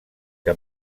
que